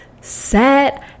set